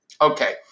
Okay